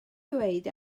dweud